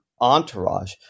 entourage